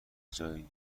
جایی